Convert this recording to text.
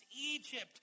Egypt